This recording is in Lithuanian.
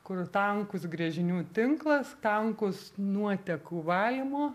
kur tankus gręžinių tinklas tankus nuotekų valymo